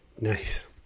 Nice